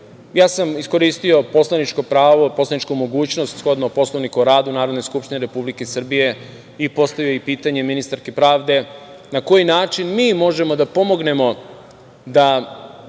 sam iskoristio poslaničko pravo i poslaničku mogućnost, shodno Poslovniku o radu Narodne skupštine Republike Srbije i postavio i pitanje ministarki pravde – na koji način mi možemo da pomognemo da